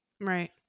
Right